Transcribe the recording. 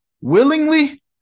willingly